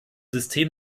system